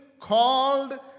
called